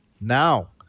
Now